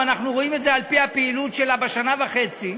ואנחנו רואים את זה על-פי הפעילות שלה שנה וחצי,